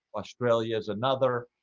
australia is another